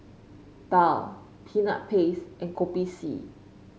daal Peanut Paste and Kopi C